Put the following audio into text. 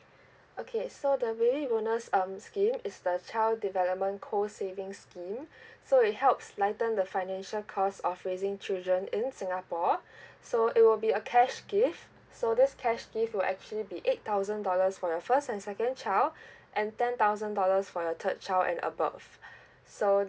okay so the baby bonus um scheme is the child development co saving scheme so it helps lighten the financial cost of raising children in singapore so it will be a cash gift so this cash gift will actually be eight thousand dollars for your first and second child and ten thousand dollars for your third child and above so